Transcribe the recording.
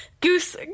Goose